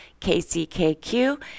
KCKQ